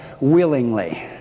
willingly